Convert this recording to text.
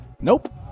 Nope